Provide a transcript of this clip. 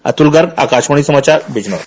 अतुल गर्ग आकाषवाणी समाचार बिजनौर